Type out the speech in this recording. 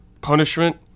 punishment